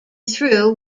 through